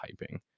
typing